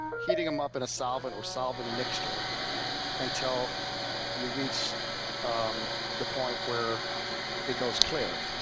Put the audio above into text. heating them up in a solvent or solvent mixture until you reach um the point where it goes clear.